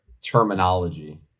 terminology